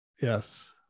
yes